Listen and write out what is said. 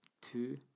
Two